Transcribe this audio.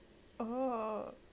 oh